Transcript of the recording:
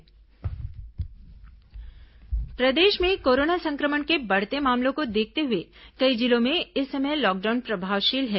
corona समाचार प्रदेश में कोरोना संक्रमण के बढ़ते मामलों को देखते हुए कई जिलों में इस समय लॉकडाउन प्रभावशील है